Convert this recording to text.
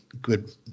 good